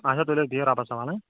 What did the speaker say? اچھا تُلِو بِہِو رۄبَس حَوال ہا